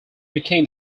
became